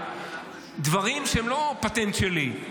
דברים שהם לא פטנט שלי,